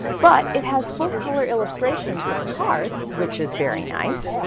but it has full color illustrations of the cards, which is very nice.